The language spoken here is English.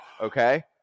okay